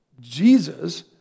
Jesus